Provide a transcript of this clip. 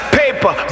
paper